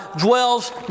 dwells